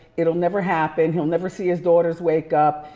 it'll never happen, he'll never see his daughters wake up.